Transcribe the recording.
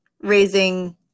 raising